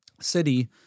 city